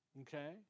Okay